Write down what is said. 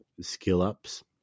skill-ups